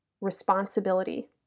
Responsibility